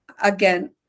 again